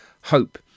hope